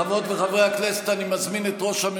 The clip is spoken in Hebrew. חברות וחברי הכנסת, תודה רבה.